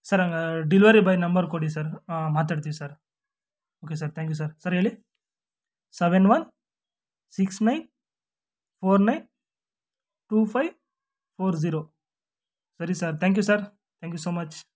sir ಹಂಗಾದ್ರೆ delivery boy number ಕೊಡಿ sir ಮಾತಾಡ್ತೀನಿ sir okay sir thank you sir sir ಹೇಳಿ seven one six nine four nine two five four zero ಸರಿ sir thank you sir thank you so much